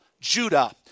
Judah